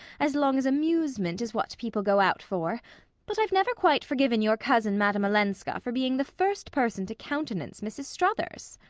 as long as amusement is what people go out for but i've never quite forgiven your cousin madame olenska for being the first person to countenance mrs. struthers.